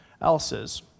else's